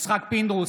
יצחק פינדרוס,